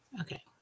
okay